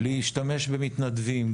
להשתמש במתנדבים.